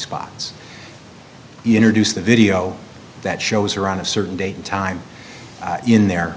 spots you introduce the video that shows her on a certain date and time in there